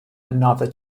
another